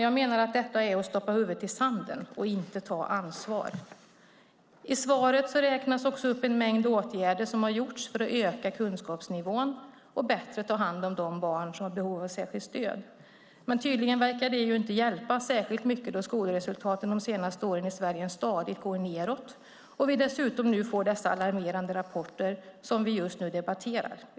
Jag menar att detta är att stoppa huvudet i sanden och inte ta ansvar. I svaret räknas också en mängd åtgärder upp som har vidtagits för att öka kunskapsnivån och bättre ta hand om de barn som har behov av särskilt stöd. Men det verkar inte hjälpa särskilt mycket då skolresultaten i Sverige de senaste åren stadigt går nedåt och vi dessutom nu får dessa alarmerande rapporter som vi just nu debatterar.